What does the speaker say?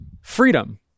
freedom